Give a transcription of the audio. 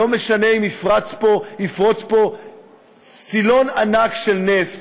לא משנה אם יפרוץ פה סילון ענק של נפט,